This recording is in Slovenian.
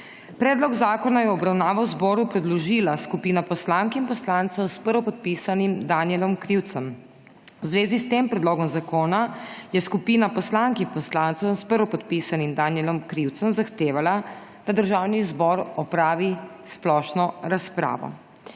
Predlog zakona je v obravnavo zboru predložila skupina poslank in poslancev s prvopodpisanim Danijelom Krivcem. V zvezi s tem predlogom zakona je skupina poslank in poslancev s prvopodpisanim Danijelom Krivcem zahtevala, da Državni zbor opravi splošno razpravo.